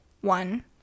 one